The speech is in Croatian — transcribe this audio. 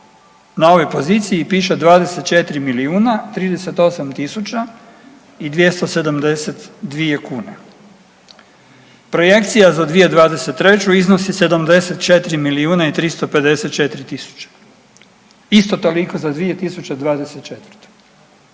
na ovoj poziciji piše 24 milijuna 38 tisuća i 272 kune. Projekcija za 2023. iznosi 74 milijuna i 354 tisuće, isto toliko za 2024..